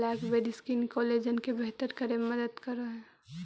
blackberry skin collagen के बेहतर करे में मदद करऽ हई